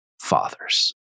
fathers